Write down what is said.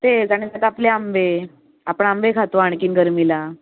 तेच आणि त्यात आपले आंबे आपण आंबे खातो आणखीन गरमीला